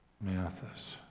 Mathis